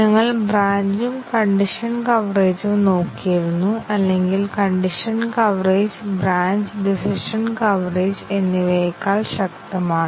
അതിനാൽ ഇവിടെ ചില കണ്ടിഷനുകളും രണ്ട് സ്റ്റേറ്റ്മെൻറ്കളും ലൂപ്പിൽ ഉണ്ട് തുടർന്ന് ഒരു സീക്വൻസ് സ്റ്റേറ്റ്മെന്റ് ഉണ്ട്